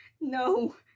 No